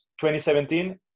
2017